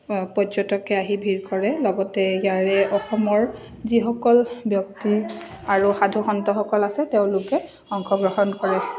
পৰ্যটকে আহি ভিৰ কৰে লগতে ইয়াৰে অসমৰ যিসকল ব্যক্তি আৰু সাধু সন্তসকল আছে তেওঁলোকে অংশগ্ৰহণ কৰে